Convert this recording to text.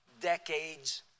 decades